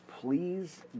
Please